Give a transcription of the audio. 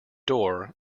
door